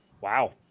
wow